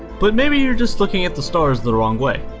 but maybe you're just looking at the stars the wrong way.